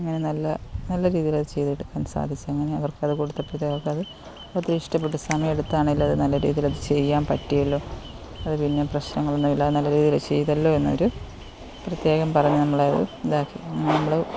അങ്ങനെ നല്ല നല്ല രീതിയിൽ അത് ചെയ്തെടുക്കാൻ സാധിച്ചു അങ്ങനെ അവർക്കത് കൊടുത്തപ്പോഴ്ത്തേന് അവർക്കത് ഒത്തിരി ഇഷ്ടപ്പെട്ടു സമയെടുത്താണേലും അത് നല്ല രീതിയിലത് ചെയ്യാൻ പറ്റിയല്ലോ അത് പിന്നെ പ്രശ്നങ്ങളൊന്നുമില്ലാതെ നല്ല രീതിയിലത് ചെയ്തല്ലോ എന്നവർ പ്രത്യേകം പറഞ്ഞു നമ്മളെയത് ഇതാക്കി നമ്മൾ